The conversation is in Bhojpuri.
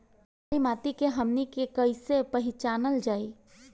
छारी माटी के हमनी के कैसे पहिचनल जाइ?